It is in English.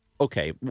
okay